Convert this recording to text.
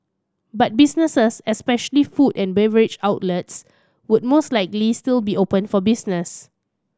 but businesses especially food and beverage outlets would most likely still be open for business